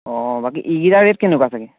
অঁ বাকী ইকেইটাৰ ৰে'ট কেনেকুৱা ছাগৈ